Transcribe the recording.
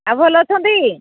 ଆଉ ଭଲ ଅଛନ୍ତି